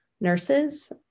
nurses